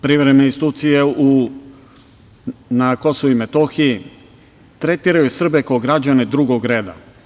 Privremene institucije na Kosovu i Metohiji tretiraju Srbe kao građane drugog reda.